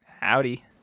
howdy